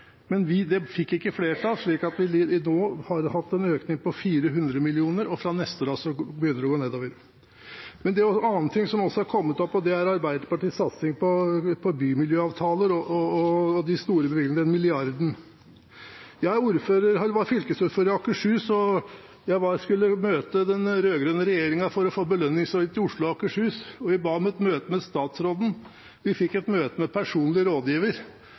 også noe annet som har kommet opp. Det er Arbeiderpartiets satsing på bymiljøavtaler og de store bevilgningene – denne milliarden. Jeg var fylkesordfører i Akershus og skulle møte den rød-grønne regjeringen for å få belønningsordning for Oslo og Akershus. Vi ba om et møte med statsråden – vi fikk et møte med statsrådens personlige rådgiver.